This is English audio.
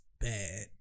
bad